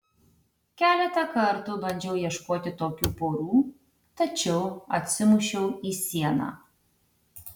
keletą kartų bandžiau ieškoti tokių porų tačiau atsimušiau į sieną